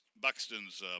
Buxton's